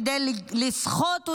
כדי לסחוט אותם,